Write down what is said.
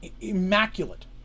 immaculate